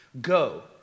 Go